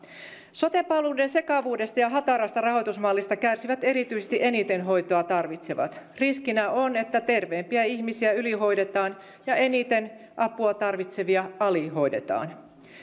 sote palveluiden sekavuudesta ja hatarasta rahoitusmallista kärsivät erityisesti eniten hoitoa tarvitsevat riskinä on että terveimpiä ihmisiä ylihoidetaan ja eniten apua tarvitsevia alihoidetaan